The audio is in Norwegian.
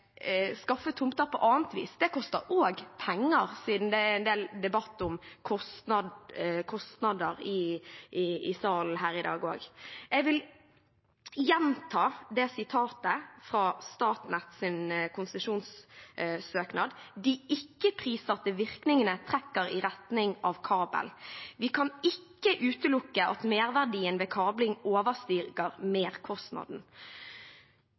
skaffe tomter på annet vis. Det koster også penger – siden det er en del debatt om kostnader i salen her i dag. Jeg vil gjenta sitatet fra Statnetts konsesjonssøknad: «De ikke-prissatte virkningene trekker i retning av kabel. Vi kan ikke utelukke at merverdien ved kabling